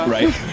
Right